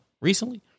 recently